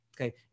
Okay